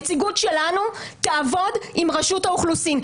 שנציגות שלנו תעבוד עם רשות האוכלוסין.